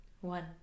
One